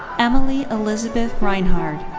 emily elizabeth reinhard.